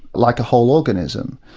like a whole organism.